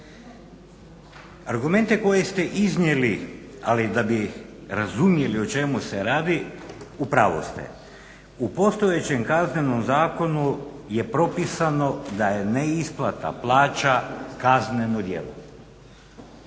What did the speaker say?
Argumente koje ste iznijeli, ali da bi razumjeli o čemu se radi, u pravu ste. U postojećem Kaznenom zakonu je propisano da je neisplata plaća kazneno djelo